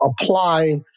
apply